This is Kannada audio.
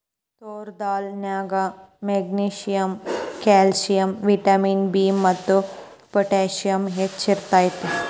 ತೋರ್ ದಾಲ್ ನ್ಯಾಗ ಮೆಗ್ನೇಸಿಯಮ್, ಕ್ಯಾಲ್ಸಿಯಂ, ವಿಟಮಿನ್ ಬಿ ಮತ್ತು ಪೊಟ್ಯಾಸಿಯಮ್ ಹೆಚ್ಚ್ ಇರ್ತೇತಿ